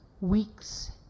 Weeks